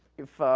if,